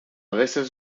veces